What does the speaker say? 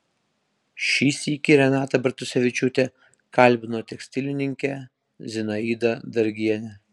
šį sykį renata bartusevičiūtė kalbino tekstilininkę zinaidą dargienę